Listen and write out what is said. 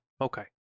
Okay